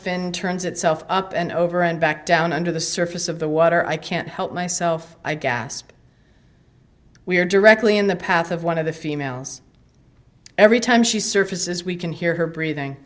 fin turns itself up and over and back down under the surface of the water i can't help myself i gasped we are directly in the path of one of the females every time she surfaces we can hear her breathing